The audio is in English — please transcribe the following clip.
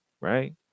Right